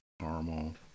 caramel